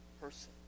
person